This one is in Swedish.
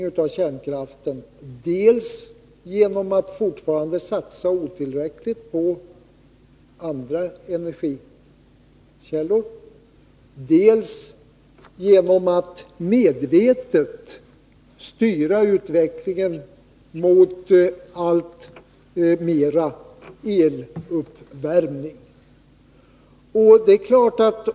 Det sker dels genom att det fortfarande satsas otillräckligt på andra energikällor, dels genom att utvecklingen medvetet styrs mot alltmer eluppvärmning.